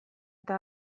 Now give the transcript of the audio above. eta